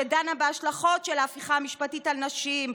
שדנה בהשלכות של הפיכה משפטית על נשים.